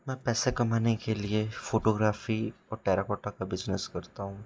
मैं पैसे कमाने के लिए फोटोग्राफी और टेराकोटा का बिजनेस करता हूँ